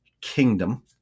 kingdom